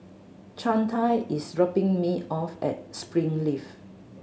Chantal is dropping me off at Springleaf